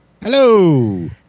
Hello